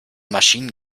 maschinen